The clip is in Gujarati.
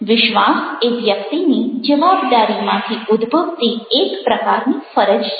વિશ્વાસ એ વ્યક્તિની જવાબદારીમાંથી ઉદ્ભવતી એક પ્રકારની ફરજ છે